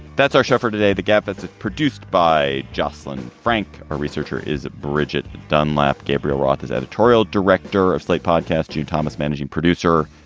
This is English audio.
that's our show for today. the gap, that's produced by jocelyn frank, a researcher is bridget dunlap. gabriel roth is editorial director of slate podcast. yeah thomas managing producer,